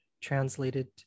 translated